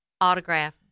Autograph